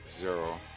zero